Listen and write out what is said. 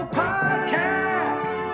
podcast